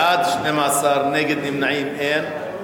בעד, 12, נגד ונמנעים, אין.